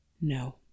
No